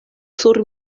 sur